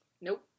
Nope